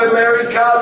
America